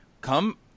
Come